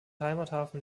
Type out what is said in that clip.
heimathafen